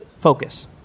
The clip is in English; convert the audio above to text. Focus